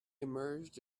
emerged